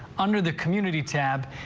under the community tab.